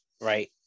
right